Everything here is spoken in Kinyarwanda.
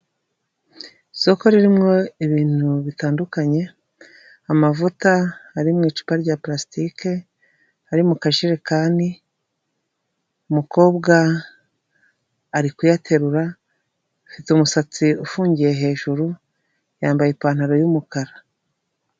Isoko ririmo ibintu bitandukanye amavuta ari mu icupa rya palasitike ari mu kajerekani, umukobwa ari kuyaterura, afite umusatsi ufungiye hejuru, yambaye ipantaro y'umukara.